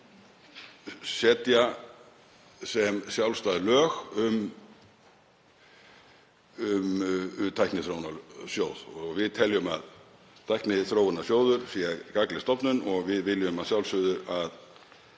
og setja sem sjálfstæð lög um Tækniþróunarsjóð. Við teljum að Tækniþróunarsjóður sé gagnleg stofnun og við viljum að sjálfsögðu að